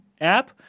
app